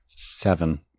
Seven